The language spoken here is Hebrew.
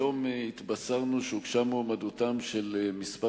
היום התבשרנו שהוגשה מועמדותם של כמה